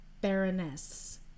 Baroness